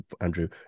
Andrew